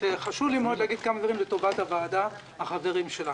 חשוב לי מאוד להגיד כמה דברים לטובת הוועדה והחברים שלה.